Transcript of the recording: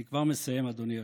אני כבר מסיים, אדוני היושב-ראש.